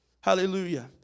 Hallelujah